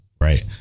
Right